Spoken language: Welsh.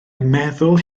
meddwl